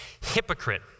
Hypocrite